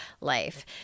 life